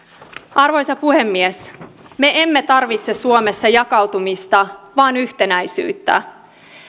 arvoisa puhemies me emme tarvitse suomessa jakautumista vaan yhtenäisyyttä